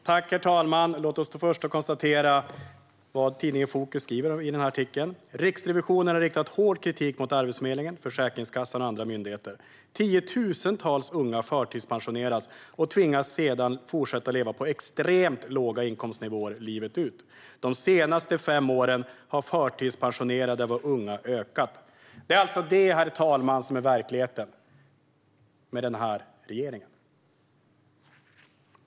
Herr talman! Låt oss först konstatera vad man skriver i artikeln i Fokus: "Riksrevisionen har riktat hård kritik mot Arbetsförmedlingen, Försäkringskassan och andra myndigheter. Tiotusentals unga förtidspensioneras och tvingas sedan fortsätta leva på extremt låga inkomstnivåer livet ut. De senaste fem åren har förtidspensioneringarna av unga ökat." Det är alltså detta som är verkligheten med den här regeringen.